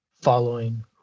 following